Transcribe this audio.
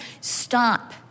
stop